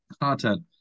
content